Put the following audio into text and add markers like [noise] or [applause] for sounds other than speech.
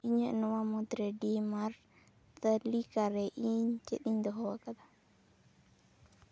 ᱤᱧᱟᱹᱜ ᱱᱚᱣᱟ ᱢᱩᱫᱽᱨᱮ [unintelligible] ᱢᱟᱨᱴ ᱛᱟᱹᱞᱤᱠᱟ ᱨᱮ ᱤᱧ ᱪᱮᱫ ᱤᱧ ᱫᱚᱦᱚᱣ ᱟᱠᱟᱫᱟ